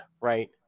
right